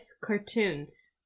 Cartoons